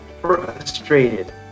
frustrated